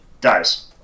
guys